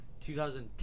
2010